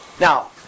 Now